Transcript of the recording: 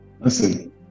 Listen